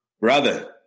brother